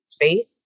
faith